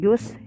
Use